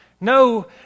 No